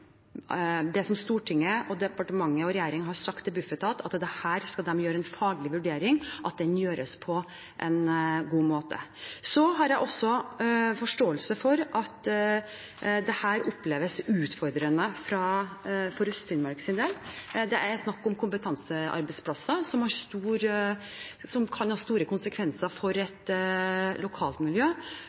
Stortinget, departementet og regjeringen har sagt til Bufetat at de skal gjøre en faglig vurdering her, så gjøres den på en god måte. Jeg har forståelse for at dette oppleves utfordrende for Øst-Finnmarks del. Det er snakk om kompetansearbeidsplasser som kan ha store konsekvenser for et lokalmiljø.